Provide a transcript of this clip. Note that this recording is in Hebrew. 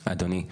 אדוני.